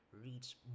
reach